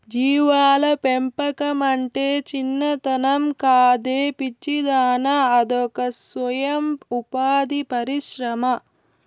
జీవాల పెంపకమంటే చిన్నతనం కాదే పిచ్చిదానా అదొక సొయం ఉపాధి పరిశ్రమ